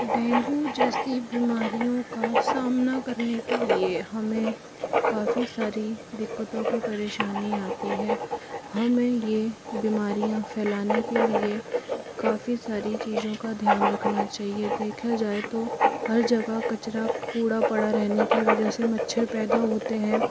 dengue जैसी बीमारियों का सामना करने के लिए हमें काफ़ी सारी दिक्कतों की परेशानी आती है हमें ये बीमारियाँ फैलाने के लिए काफ़ी सारी चीज़ों का ध्यान रखना चाहिए देखा जाए तो हर जगह कचरा कूड़ा पड़ा रहने की वजह से मच्छर पैदा होते हैं